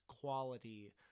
quality